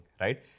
right